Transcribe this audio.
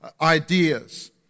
ideas